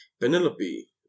Penelope